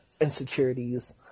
insecurities